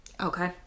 Okay